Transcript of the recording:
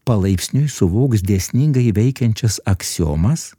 palaipsniui suvoks dėsningai veikiančias aksiomas